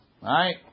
Right